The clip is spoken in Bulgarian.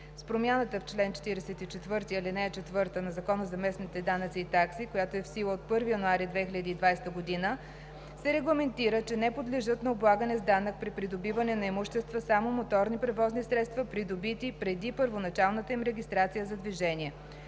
С промяната в чл. 44, ал. 4 на Закона за местните данъци и такси, която е в сила от 1 януари 2020 г., се регламентира, че не подлежат на облагане с данък при придобиване на имущества само моторни превозни средства, придобити преди първоначалната им регистрация за движение.